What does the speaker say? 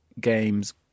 games